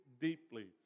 deeply